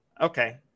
Okay